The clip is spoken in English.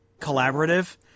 collaborative